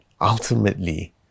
ultimately